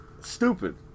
Stupid